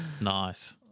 Nice